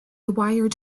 wired